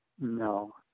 No